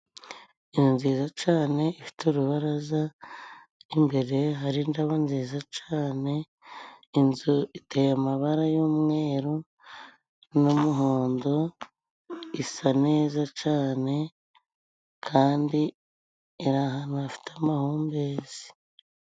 Inzu nziza cane ifite urubaraza, imbere hari indabyo nziza cane, inzu iteye amabara y'umweru n'umuhondo isa neza cane kandi iri ahantu hafite amahumbezi.